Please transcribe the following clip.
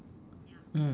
mm